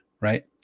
Right